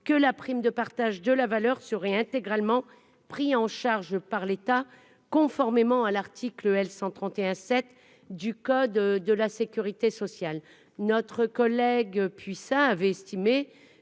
que la prime de partage de la valeur sûre et intégralement pris en charge par l'État, conformément à l'article L 131 7 du code de la sécurité sociale, notre collègue puis ça avait estimé